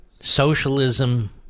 socialism